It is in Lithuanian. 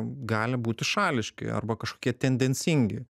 gali būti šališki arba kažkokie tendencingi